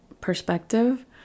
perspective